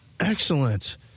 Excellent